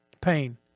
pain